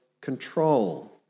control